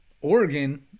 Oregon